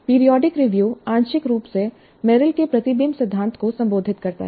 periodic review आंशिक रूप से मेरिल के प्रतिबिंब सिद्धांत को संबोधित करता है